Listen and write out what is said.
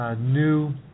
New